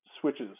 switches